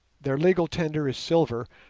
their legal tender is silver,